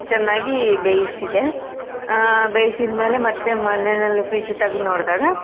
ಚೆನ್ನಾಗಿ ಬೇಯಿಸಿದೆ ಬೇಯಿಸಿದ ಮೇಲೆ ಮತ್ತೆ ಮನೆಯಲ್ಲಿ ಫ್ರಿಡ್ಜ್ ತೆಗ್ದು ನೋಡಿದಾಗ